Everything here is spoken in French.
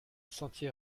sentier